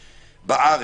בארץ,